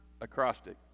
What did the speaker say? acrostic